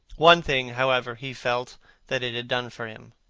one thing, however, he felt that it had done for him.